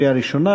קריאה ראשונה,